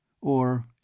Or